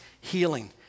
healing